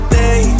day